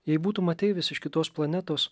jei būtum ateivis iš kitos planetos